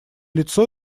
лицо